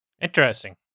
Interesting